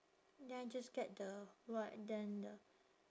then I just get the what then the